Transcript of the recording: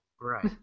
Right